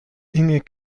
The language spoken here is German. inge